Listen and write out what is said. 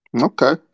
Okay